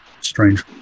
strange